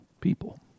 people